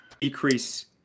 decrease